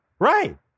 Right